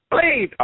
please